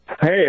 Hey